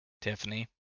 Tiffany